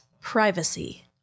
privacy